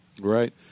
Right